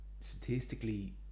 statistically